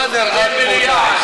בן-בליעל.